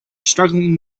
struggling